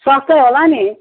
सस्तै होला नि